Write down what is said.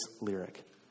lyric